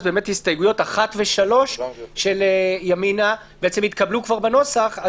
שהסתייגויות 1 ו-3 של ימינה בעצם התקבלו כבר בנוסח.